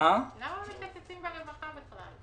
למה בכלל מקצצים ברווחה?